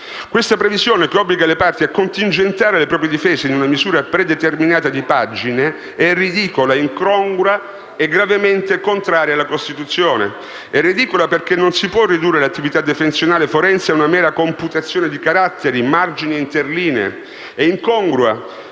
Questa previsione, che obbliga le parti a contingentare le proprie difese in una misura predeterminata di pagine, è ridicola, incongrua e gravemente contraria alla Costituzione. È ridicola perché non si può ridurre l'attività defensionale forense a una mera computazione di caratteri, margini e interlinee. È incongrua